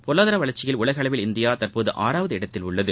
பொருளாதார வளர்ச்சியில் உலகளவில் இந்தியா தற்போது ஆறாவது இடத்தில் உள்ளது